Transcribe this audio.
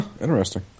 Interesting